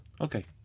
Okay